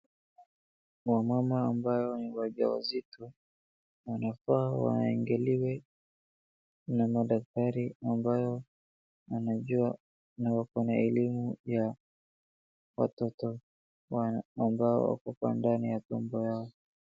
Wamama ambayo ni wajawazito wanafaa waangaliwe na madaktari ambayo wanajua na wakona elimu ya watoto ambao wako kwa ndani ya tumbo yao.